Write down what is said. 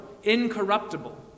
Incorruptible